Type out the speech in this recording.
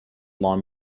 lawn